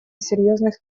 серьезных